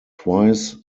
twice